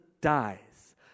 dies